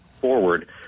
forward